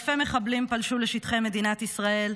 אלפי מחבלים פלשו לשטחי מדינת ישראל,